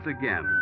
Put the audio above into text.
again